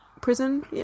prison